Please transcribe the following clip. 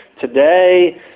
today